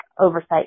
oversight